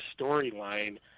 storyline